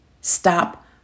Stop